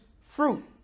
fruit